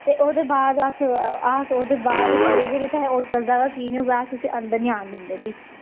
ते ओह्दे बाद अस अस ओह्दे बाद कोई होटल दा की नी होवै अस उसी अन्दर नि आन दिंदे फ्ही